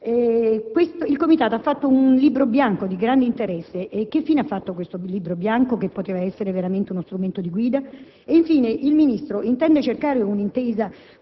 Il Comitato ha pubblicato un Libro bianco di grande interesse: che fine ha fatto questo libro, che poteva essere veramente uno strumento di guida? Infine, intende il Ministro cercare un'intesa